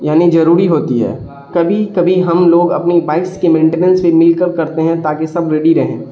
یعنی ضروری ہوتی ہے کبھی کبھی ہم لوگ اپنی بائکس کی مینٹیننس بھی مل کر کرتے ہیں تاکہ سب ریڈی رہیں